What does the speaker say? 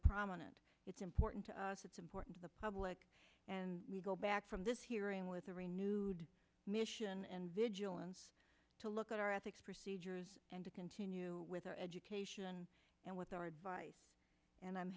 prominent it's important to us it's important to the public and we go back from this hearing with a renewed mission and vigilance to look at our ethics procedures and to continue with our education and with our advice and i'm